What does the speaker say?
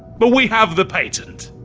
but we have the patent!